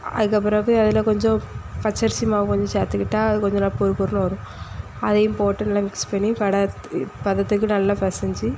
அதுக்குப்பிறகு அதில் கொஞ்சம் பச்சரிசி மாவு கொஞ்சம் சேர்த்துக்கிட்டா அது கொஞ்சம் நல்லா பொறு பொறுன்னு வரும் அதையும் போட்டு நல்லா மிக்ஸ் பண்ணி வடை பதத்துக்கு நல்லா பெசைஞ்சி